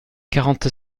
quarante